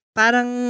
parang